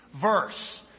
verse